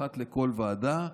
אחת לכל ועדה.